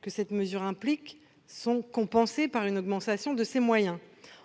que cela implique soient compensées par une augmentation de ses moyens.